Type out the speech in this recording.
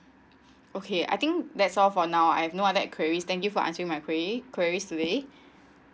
okay I think that's all for now I've not other enquiries thank you for answering my enquiries queries today